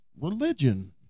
religion